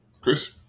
Chris